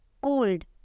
cold